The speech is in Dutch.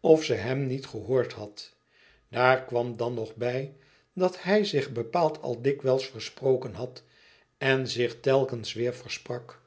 of ze hem niet gehoord had daar kwam dan nog bij dat hij zich bepaald al dikwijls versproken had en zich telkens weêr versprak